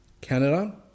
Canada